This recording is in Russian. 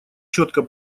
четко